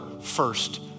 first